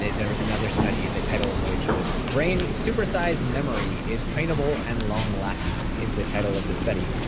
there was another study, the title of which was brain supersized memory is trainable and long lasting, is the title of this study,